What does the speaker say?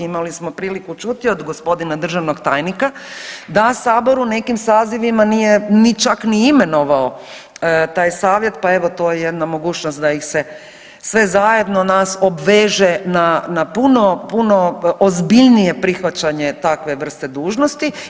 Imali smo priliku čuti od g. državnog tajnika da sabor u nekim sazivima nije ni čak ni imenovao taj savjet, pa evo to je jedna mogućnost da ih se sve zajedno nas obveže na puno, puno ozbiljnije prihvaćanje takve vrste dužnosti.